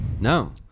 No